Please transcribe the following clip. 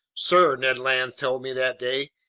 sir, ned land told me that day,